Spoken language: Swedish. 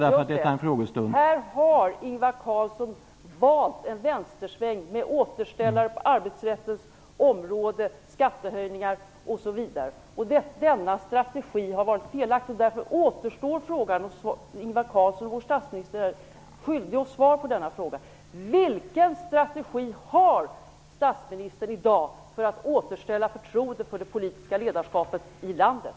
Herr talman! Här har Ingvar Carlsson valt en vänstersväng med återställare på arbetsrättens område, skattehöjningar osv. Denna strategi har varit felaktig. Därför återstår frågan som Ingvar Carlsson, vår statsminister, är skyldig att svara på. Vilken strategi har statsministern i dag för att återställa förtroende för det politiska ledarskapet i landet?